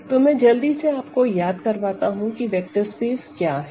तो मैं जल्दी से आपको याद करवाता हूं कि वेक्टर स्पेस क्या है